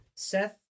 Seth